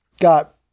got